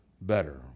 better